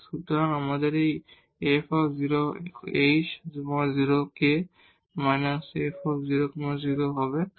সুতরাং যখন আমাদের এই f 0 h 0 k −f 0 0 হবে 0